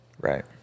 Right